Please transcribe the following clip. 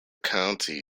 county